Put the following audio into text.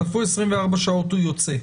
חלפו 24 שעות, הוא יוצא.